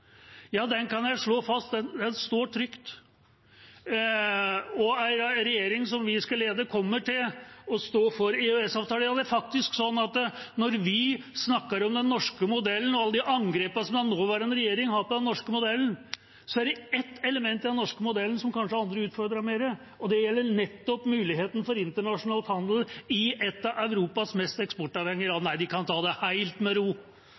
Ja, det er faktisk sånn at når vi snakker om den norske modellen og alle de angrepene som den nåværende regjering har på den norske modellen, er det ett element i den norske modellen som kanskje andre har utfordret mer, og det gjelder nettopp muligheten for internasjonal handel i et av Europas mest eksportavhengige land. Nei, de kan ta det helt med ro.